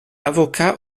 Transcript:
avocat